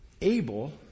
Abel